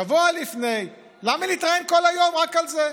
שבוע לפני: למה להתראיין כל היום רק על זה?